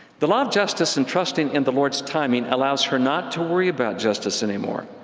the law of justice and trusting in the lord's timing allows her not to worry about justice anymore,